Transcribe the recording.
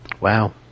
Wow